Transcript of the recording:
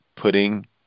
putting